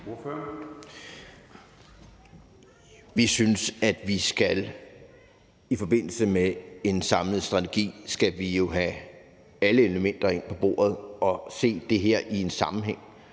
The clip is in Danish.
Vi synes, at vi i forbindelse med en samlet strategi skal have alle elementer ind på bordet og se det her i en sammenhæng.